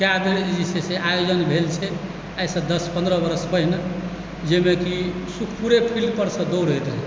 कएक बेर जे छै से आयोजन भेल छै आइसँ दस पन्द्रह बरस पहिने जाहिमे कि सुखपुरेके फील्डपर सँ दौड़ होइत रहै